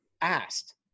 asked